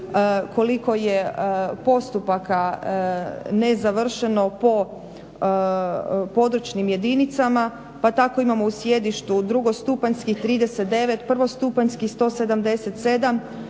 koliko je postupaka nezavršeno po područnim jedinicama, pa tako imamo u sjedištu drugostupanjskih 39, prvostupanjskih 177,